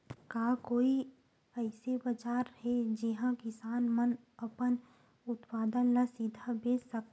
का कोई अइसे बाजार हे जिहां किसान मन अपन उत्पादन ला सीधा बेच सकथे?